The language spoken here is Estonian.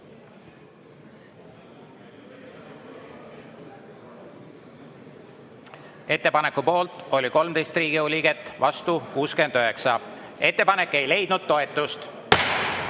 Ettepaneku poolt oli 13 Riigikogu liiget, vastu 69. Ettepanek ei leidnud toetust.